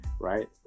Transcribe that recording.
Right